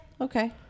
okay